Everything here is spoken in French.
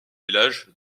village